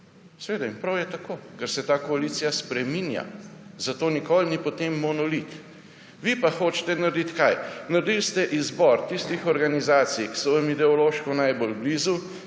Seveda, in prav je tako, ker se ta koalicija spreminja. Zato nikoli ni potem monolit. Kaj pa hočete vi narediti? Naredili ste izbor tistih organizacij, ki so vam ideološko najbolj blizu,